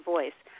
Voice